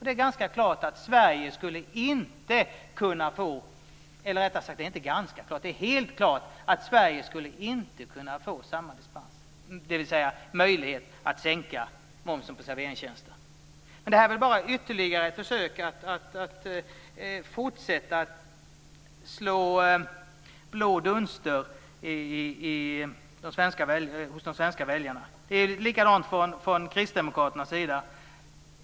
Det är också helt klart att Sverige inte skulle kunna få samma dispens, dvs. möjlighet att sänka momsen på serveringstjänster. Det här är väl bara ytterligare ett försök att fortsätta att slå blå dunster i de svenska väljarna. Likadant är det med kristdemokraterna.